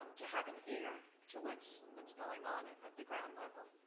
to have an ear to what's what's going on at the ground level.